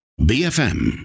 BFM